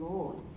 Lord